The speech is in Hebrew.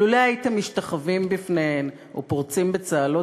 לולא הייתם משתחווים בפניהם או פורצים בצהלות